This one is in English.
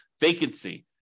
vacancy